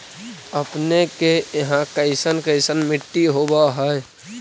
अपने के यहाँ कैसन कैसन मिट्टी होब है?